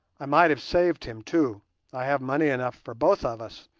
i might have saved him, too i have money enough for both of us,